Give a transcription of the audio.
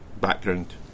background